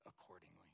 accordingly